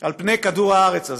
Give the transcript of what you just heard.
על פני כדור הארץ הזה.